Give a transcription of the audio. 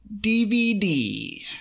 DVD